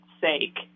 sake